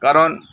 ᱠᱟᱨᱚᱱ